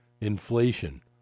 Inflation